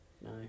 No